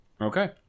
Okay